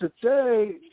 today